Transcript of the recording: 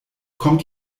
kommt